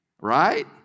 Right